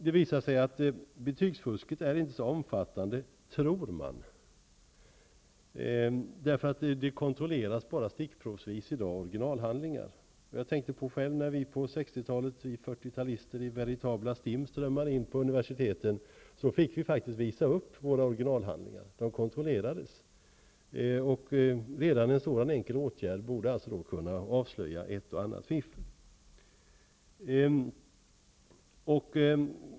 Det visade sig att man tror inte att betygsfusket är så omfattande. I dag kontrolleras orignalhandlingar bara stickprovsvis. När vi fyrtiotalister på 60-talet strömmade in i veritabla stim på universiteten fick vi faktiskt visa upp våra originalhandlingar för kontroll. En sådan enkel åtgärd borde kunna användas för att avslöja ett och annat fiffel.